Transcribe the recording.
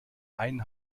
einen